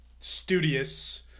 studious